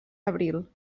abril